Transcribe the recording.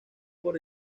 por